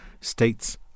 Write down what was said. States